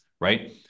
right